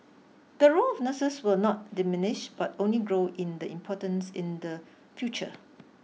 the role of nurses will not diminish but only grow in the importance in the future